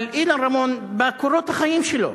אבל אילן רמון, בקורות החיים שלו